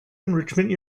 enrichment